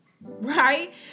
right